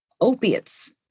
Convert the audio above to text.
opiates